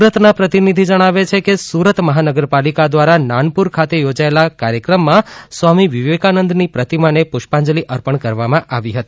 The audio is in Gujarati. સુરતના પ્રતિનિધિ જણાવે છે કે સુરત મહાનગરપાલિકા દ્વારા નાનપુર ખાતે યોજાયેલા કાર્યક્રમમાં સ્વામી વિવેકાનંદની પ્રતિમાને પુષ્પાજંલિ અર્પણ કરવામાં આવી હતી